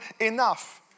enough